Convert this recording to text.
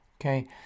Okay